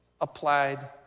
applied